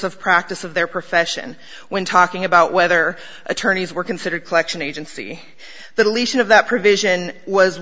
of practice of their profession when talking about whether attorneys were considered collection agency the deletion of that provision was